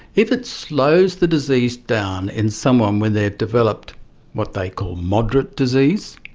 if it slows the disease down in someone where they have developed what they call moderate disease,